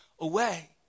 away